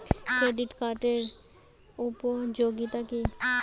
Credit কার্ডের উপযোগিতা কি?